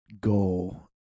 goal